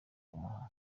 kumuha